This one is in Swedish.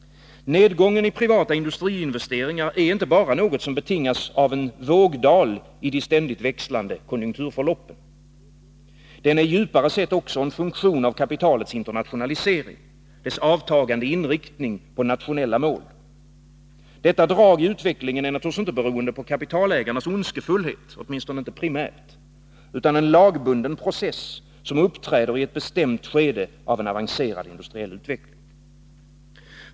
Nedgången i privata industriinvesteringar är inte bara något som betingas aven vågdal i de ständigt växlande konjunkturförloppen. Den är djupare sett också en funktion av kapitalets internationalisering, dess avtagande inriktning på nationella mål. Detta drag i utvecklingen är naturligtvis inte beroende på kapitalägarnas ondskefullhet — åtminstone inte primärt — utan en lagbunden process, som uppträder i ett bestämt skede av en avancerad industriell utveckling.